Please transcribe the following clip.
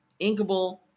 inkable